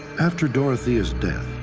after dorothy's death,